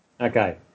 Okay